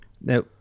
now